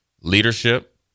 leadership